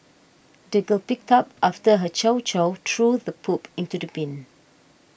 the girl picked up after her chow chow and threw the poop into the bin